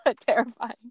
terrifying